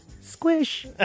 squish